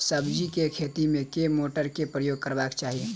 सब्जी केँ खेती मे केँ मोटर केँ प्रयोग करबाक चाहि?